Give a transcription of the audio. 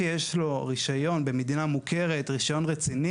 חנוך קצת דיבר על זה,